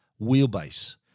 wheelbase